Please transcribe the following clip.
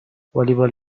والیبال